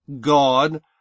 God